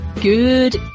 Good